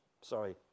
sorry